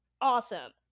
Awesome